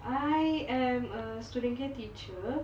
I am a student care teacher